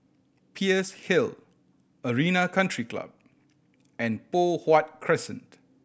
Peirce Hill Arena Country Club and Poh Huat Crescent